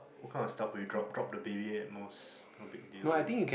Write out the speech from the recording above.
what kind of stuff will you drop drop the baby at most no big deal